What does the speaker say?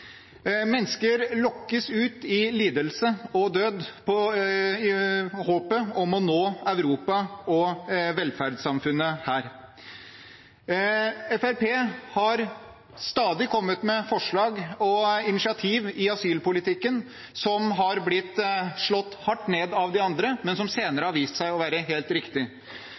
Mennesker lokkes ut i lidelse og død i håpet om å nå Europa og velferdssamfunnet her. I asylpolitikken har Fremskrittspartiet stadig kommet med forslag og initiativer som har blitt slått hardt ned av de andre, men som senere har vist seg å være helt